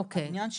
העניין הוא